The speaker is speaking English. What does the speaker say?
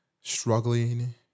struggling